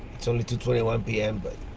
it's only two twenty one p m. but,